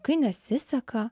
kai nesiseka